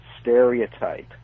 stereotype